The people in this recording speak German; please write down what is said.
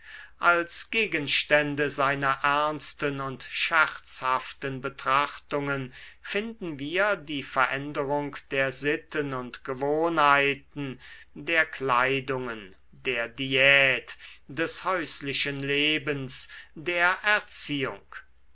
als gegenstände seiner ernsten und scherzhaften betrachtungen finden wir die veränderung der sitten und gewohnheiten der kleidungen der diät des häuslichen lebens der erziehung